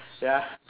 ya